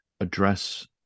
address